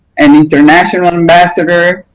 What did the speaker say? and international ambassador.